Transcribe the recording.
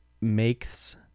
makes